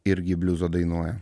irgi bliuzą dainuoja